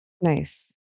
nice